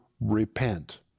repent